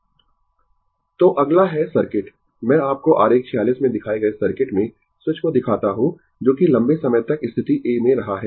Refer Slide Time 0616 तो अगला है सर्किट मैं आपको आरेख 46 में दिखाए गए सर्किट में स्विच को दिखाता हूं जोकि लंबे समय तक स्थिति A में रहा है